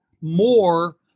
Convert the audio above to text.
more